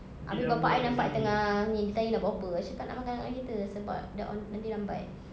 abeh bapa I nampak I tengah ini dia tanya nak buat apa I cakap nak makan dekat dalam kereta sebab dah on nanti lambat